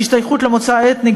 "השתייכות למוצא אתני",